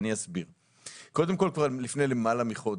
לפני למעלה מחודש,